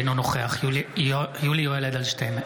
אינו נוכח יולי יואל אדלשטיין,